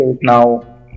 now